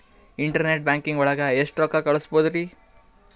Internet banking ಒಳಗೆ ಎಷ್ಟ್ ರೊಕ್ಕ ಕಲ್ಸ್ಬೋದ್ ರಿ?